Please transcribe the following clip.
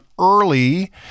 early